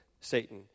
Satan